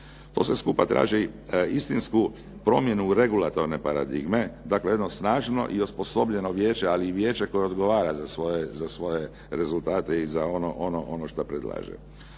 To sve skupa traži istinsku promjenu regulatorne paradigme, dakle jedno snažno i osposobljeno vijeće ali i vijeće koje odgovara za svoje rezultate i za ono što predlaže.